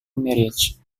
marriage